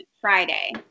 Friday